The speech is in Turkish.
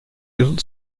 yıl